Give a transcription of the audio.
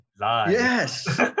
Yes